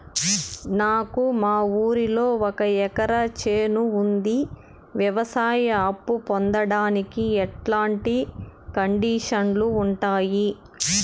నాకు మా ఊరిలో ఒక ఎకరా చేను ఉంది, వ్యవసాయ అప్ఫు పొందడానికి ఎట్లాంటి కండిషన్లు ఉంటాయి?